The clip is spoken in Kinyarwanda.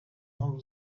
imvugo